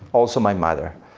also my mother.